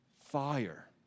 Fire